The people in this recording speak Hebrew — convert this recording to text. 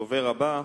הדובר הבא,